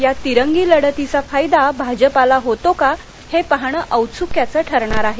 या तिरंगी लढतीचा फायदा भाजपाला होतो का हे पाहणं औत्सुक्याचं ठरणार आहे